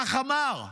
כך אמר,